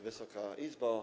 Wysoka Izbo!